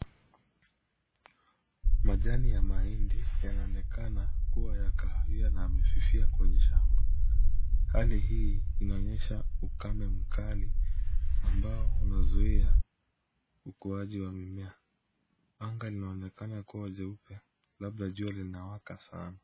Majani ya mahindi yanaonekana kuwa ya kahawia na yamefifia kwenye shamba. Hali hii inaonyesha ukame mkali ambao unazuia ukuaji wa mimea. Anga linaonekana kuwa jeupe, labda jua linawaka sana.